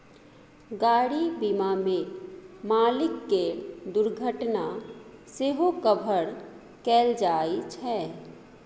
गाड़ी बीमा मे मालिक केर दुर्घटना सेहो कभर कएल जाइ छै